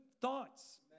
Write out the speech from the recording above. thoughts